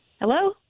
Hello